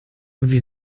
wie